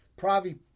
Pravi